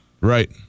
right